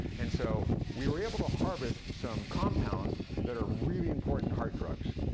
and so, we were able to harvest some compounds that are really important heart drugs,